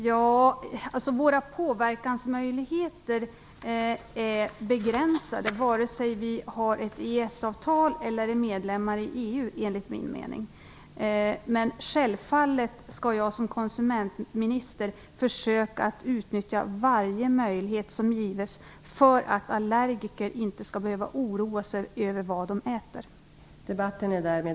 Fru talman! Våra påverkansmöjligheter är, enligt min mening, begränsade vare sig vi har ett EES-avtal eller vi är medlemmar i EU. Självfallet skall jag som konsumentminister försöka utnyttja varje möjlighet som gives för att allergiker inte skall behöva oroa sig över vad de äter.